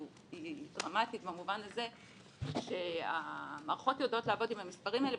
הוא דרמטי במובן הזה שהמערכות יודעות לעבוד עם המספרים האלה,